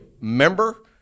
member